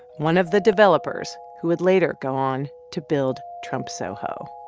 one of the developers who would later go on to build trump soho